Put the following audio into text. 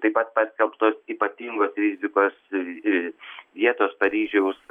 taip pat paskelbtos ypatingos rizikos vietos paryžiaus